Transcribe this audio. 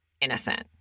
innocent